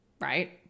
right